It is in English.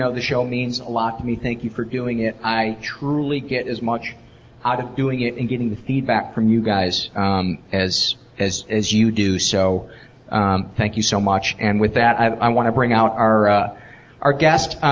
the show means a lot to me, thank you for doing it. i truly get as much out of doing it and getting the feedback from you guys um as as you do. so um thank you so much. and with that, i want to bring out our ah our guest.